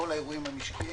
בכל האירועים המשקיים.